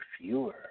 fewer